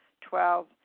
Twelve